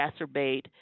exacerbate